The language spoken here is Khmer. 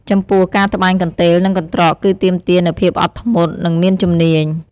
ចំពោះ ការត្បាញកន្ទេល និងកន្ត្រកគឺទាមទារនូវភាពអត់ធ្មត់ និងមានជំនាញ។